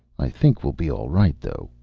i think we'll be all right, though,